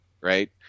right